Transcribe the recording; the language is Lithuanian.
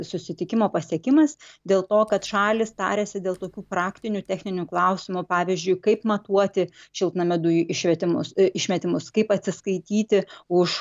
susitikimo pasiekimas dėl to kad šalys tariasi dėl tokių praktinių techninių klausimų pavyzdžiui kaip matuoti šiltnamio dujų išvetimus išmetimus kaip atsiskaityti už